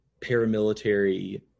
paramilitary